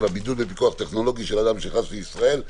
7) (בידוד בפיקוח טכנולוגי של אדם שנכנס לישראל),